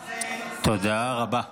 תודה רבה.